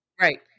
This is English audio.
Right